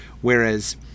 Whereas